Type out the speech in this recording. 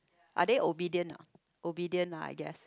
are they obedient not obedient lah I guess